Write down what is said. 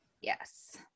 Yes